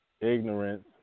ignorance